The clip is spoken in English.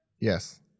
Yes